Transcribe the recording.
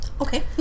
Okay